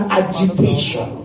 agitation